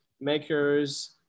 makers